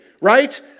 Right